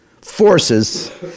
forces